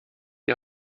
die